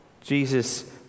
Jesus